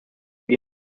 wie